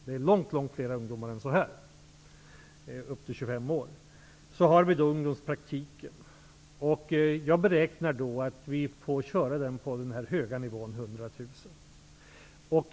Det är långt fler ungdomar än så här upp till 25 år som får jobb. Så har vi ungdomspraktiken. Jag beräknar att vi får ha kvar den höga nivån 100 000.